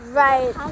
right